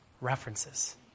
references